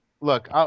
look